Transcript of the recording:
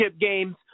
games